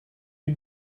you